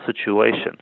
situation